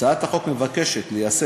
בהצעת החוק מוצע ליישם